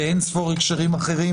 באין ספור הקשרים אחרים